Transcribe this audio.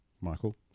Michael